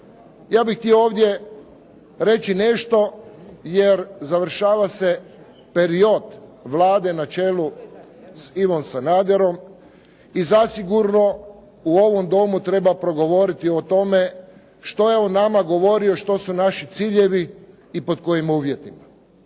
Ja bih htio ovdje reći nešto jer završava se period Vlade na čelu s Ivom Sanaderom i zasigurno u ovom Domu treba progovoriti o tome što je o nama govorio, što su naši ciljevi i pod kojim uvjetima.